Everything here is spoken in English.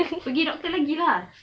pergi doktor lagi lah